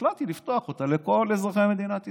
והחלטתי לפתוח אותה לכל אזרחי מדינת ישראל.